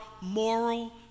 moral